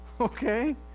Okay